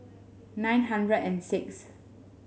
nine hundred and sixth